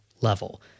level